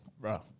Bro